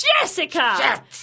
Jessica